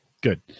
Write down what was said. good